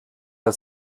der